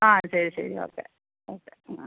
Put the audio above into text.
ആ ശരി ശരി ഓക്കെ ഓക്കെ എന്നാൽ